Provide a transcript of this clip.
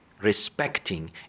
respecting